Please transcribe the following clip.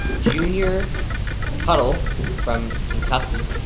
junior tuttle from kentucky,